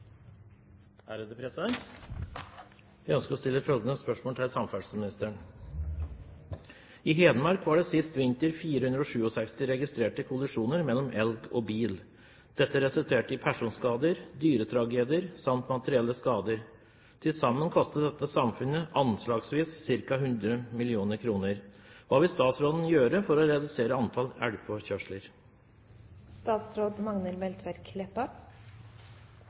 til samferdselsministeren: «I Hedmark var det sist vinter 467 registrerte kollisjoner mellom elg og bil. Dette resulterte i personskader, dyretragedier samt materielle skader. Til sammen kostet dette samfunnet anslagsvis ca. 100 millioner kroner. Hva vil statsråden gjøre for å redusere